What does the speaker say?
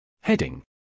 Heading